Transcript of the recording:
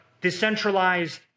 decentralized